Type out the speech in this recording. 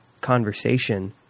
conversation